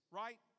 right